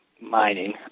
mining